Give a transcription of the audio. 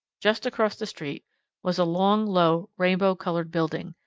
just across the street was a long, low, rainbow colored building.